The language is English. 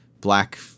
black